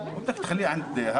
אושר.